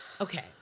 Okay